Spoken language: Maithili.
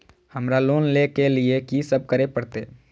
हमरा लोन ले के लिए की सब करे परते?